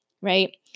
right